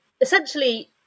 essentially